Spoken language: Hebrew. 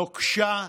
נוקשה,